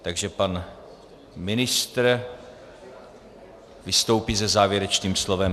Ano, takže pan ministr vystoupí se závěrečným slovem.